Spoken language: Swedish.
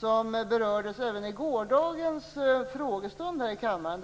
som berördes även i gårdagens frågestund här i kammaren.